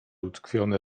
utkwione